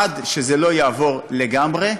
עד שזה לא יעבור לגמרי,